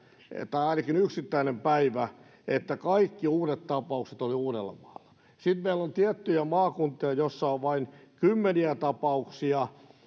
tai ainakin yksittäinen päivä että kaikki uudet tapaukset olivat uudellamaalla sitten meillä on tiettyjä maakuntia joissa on vain kymmeniä tapauksia